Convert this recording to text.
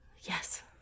Yes